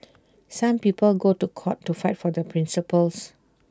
some people go to court to fight for their principles